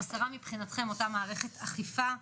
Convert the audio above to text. חסרה מבחינתכם אותה מערכת אכיפה מינהלית,